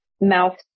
mouth